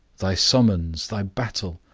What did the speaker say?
thy summons, thy battle,